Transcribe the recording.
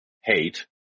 hate